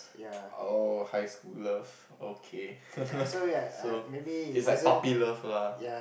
oh high school love okay so it's like puppy love lah